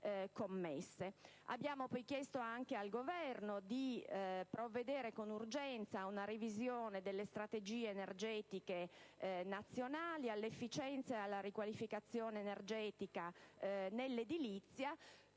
Abbiamo poi chiesto al Governo di provvedere con urgenza ad una revisione delle strategie energetiche nazionali, alla promozione dell'efficienza e alla riqualificazione energetica nell'edilizia,